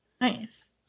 Nice